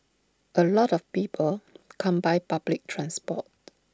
A lot of people come by public transport